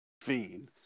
fiend